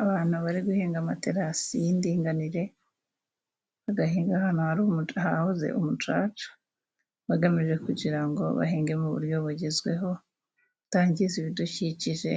Abana bari guhinga amaterasi y'indinganire, agahinga ahantu hari umuca, hahoze umucaca, bagamije kugirango bahinge mu buryo bugezweho, butangiza ibidukikije